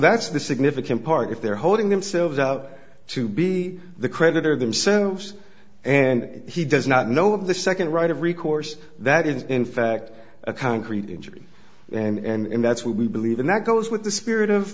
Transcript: that's the significant part if they're holding themselves out to be the creditor themselves and he does not know of the second right of recourse that is in fact a concrete injury and that's what we believe and that goes with the spirit of